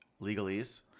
Legalese